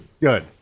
Good